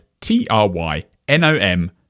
t-r-y-n-o-m